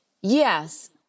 Yes